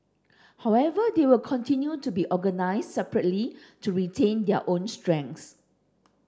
however they will continue to be organised separately to retain their own strengths